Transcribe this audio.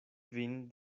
vin